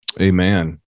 Amen